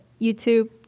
YouTube